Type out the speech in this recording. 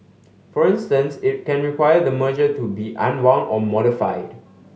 for instance it can require the merger to be unwound or modified